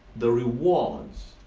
the rewards,